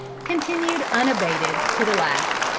continued unabated to the last.